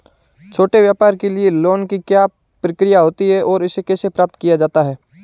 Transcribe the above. छोटे व्यापार के लिए लोंन की क्या प्रक्रिया होती है और इसे कैसे प्राप्त किया जाता है?